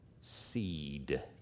seed